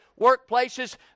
workplaces